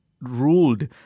ruled